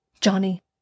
Johnny